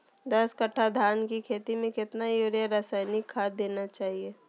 दस कट्टा धान की खेती में कितना यूरिया रासायनिक खाद देना चाहिए?